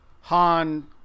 Han